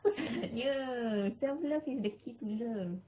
aku tanya